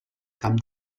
camp